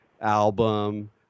album